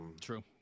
True